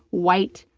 white,